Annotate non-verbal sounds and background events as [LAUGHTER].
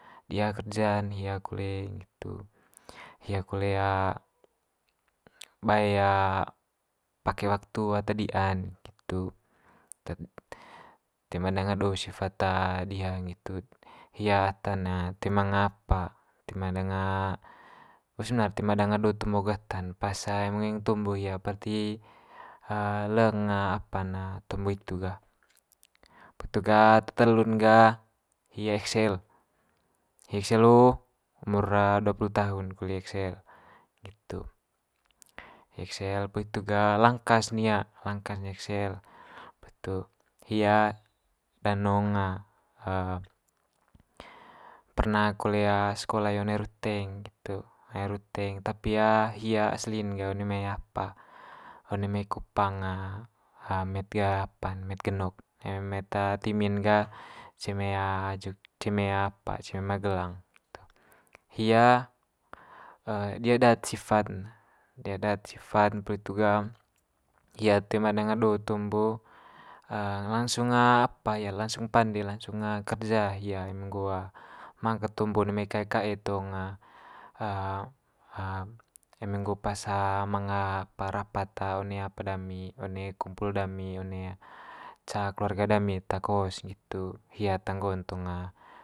Di'a kerja'n hia kole nggitu, hia kole [HESITATION] bae [HESITATION] pake waktu ata di'an nggitu. [UNINTELLIGIBLE] toe ma danga do sifat [HESITATION] diha nggitut, hia ata'n [HESITATION] toe manga apa toe ma danga bo sebenar toe ma danga tombo agu ata'n pas [HESITATION] eme ngoeng tombo hia barti [HESITATION] leng [HESITATION] apa'n [HESITATION] tombo hitu gah. Poli itu ga te telu'n ga hi eksel, hi eksel hi umur [HESITATION] duapulu tahun kole i eksel nggitu hi eksel. Poli hitu gah langkas ne hia langkas ne eksel, poli itu hia danong [HESITATION] [HESITATION] perna kole sekola i one ruteng nggitu [UNINTELLIGIBLE] ruteng tapi [HESITATION] hia asli'n ga one mai apa one mai kupang [HESITATION] met [HESITATION] apa'n met genok. Eme met [HESITATION] timi'n ga ce mai [HESITATION] [UNINTELLIGIBLE] ce mai [HESITATION] apa ce mai magelang. [UNINTELLIGIBLE] Hia [HESITATION] dia daat sifat ne dia daat sifat, poli itu ga hia toe ma danga do tombo [HESITATION] langsung [HESITATION] apa hia langsung pande langsung [HESITATION] kerja hia eme nggo [HESITATION] ma ket tombo one mai kae kae tong [HESITATION] [HESITATION] [HESITATION] eme nggo pas [HESITATION] manga apa rapat [HESITATION] one apa dami one kumpul dami one ca keluarga dami eta kos nggitu hia ata nggo'n tong. [HESITATION]